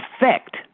effect